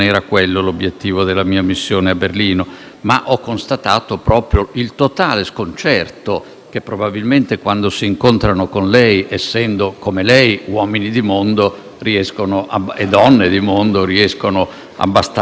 che probabilmente quando si incontrano con lei, essendo, come lei, uomini e donne di mondo, riescono abbastanza a mascherare. C'è una situazione